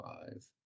five